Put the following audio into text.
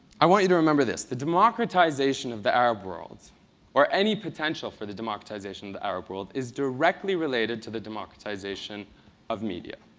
i want you to remember this. the democratization of the arab world or any potential for the democratization of the arab world is directly related to the democratization of media.